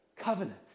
covenant